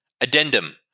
Addendum